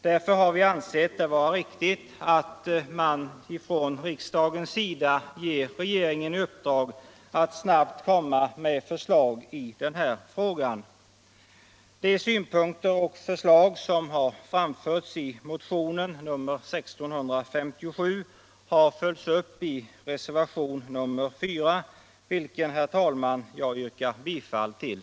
Därför har vi ansett det riktigt att riksdagen ger regeringen i uppdrag att snabbt komma med förslag i den här frågan. De synpunkter och förslag som framförts i motion 1657 har följts upp i reservationen 4, vilken herr talman, jag yrkar bifall till.